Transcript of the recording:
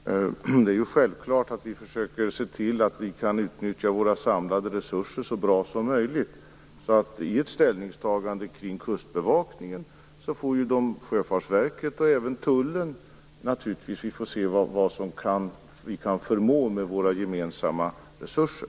Herr talman! Det är självklart att vi försöker se till att vi kan utnyttja våra samlade resurser så bra som möjligt. Ett ställningstagande kring Kustbevakningen gäller ju även Sjöfartsverket och tullen. Vi får se vad vi förmår med våra gemensamma resurser.